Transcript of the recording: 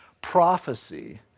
prophecy